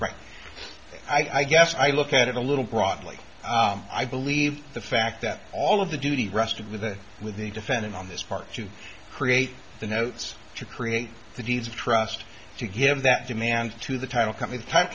right i guess i look at it a little broadly i believe the fact that all of the duty rested with the with the defendant on this part to create the notes to create the deeds of trust to give that demand to the title compan